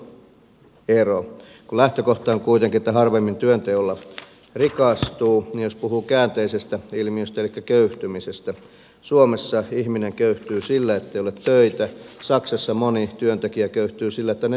kun lähtökohta on kuitenkin että harvemmin työnteolla rikastuu niin jos puhuu käänteisestä ilmiöstä elikkä köyhtymisestä niin suomessa ihminen köyhtyy sillä ettei ole töitä saksassa moni työntekijä köyhtyy sillä että tekee töitä